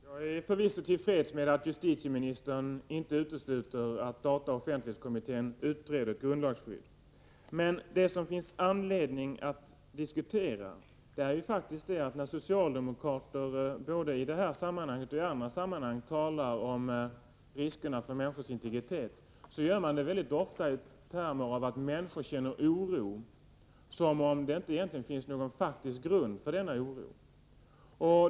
Herr talman! Jag är förvisso till freds med att justitieministern inte utesluter att dataoch offentlighetskommittén utreder ett grundlagsskydd. Men det finns anledning att diskutera det faktum att socialdemokrater när de talar om riskerna för människors integritet, både i detta och i andra sammanhang, mycket ofta gör det i termer av att människor känner oro men att det egentligen inte finns någon reell grund för denna oro.